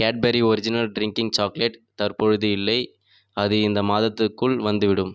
Cadbury original drinking chocolate தற்போது இல்லை அது இந்த மாதத்துக்குள் வந்துவிடும்